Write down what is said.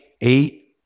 eight